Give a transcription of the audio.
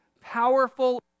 powerful